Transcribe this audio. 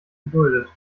geduldet